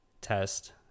test